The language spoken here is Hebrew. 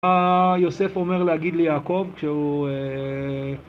מה יוסף אומר להגיד ליעקב כשהוא...